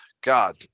God